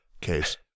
case